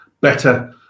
better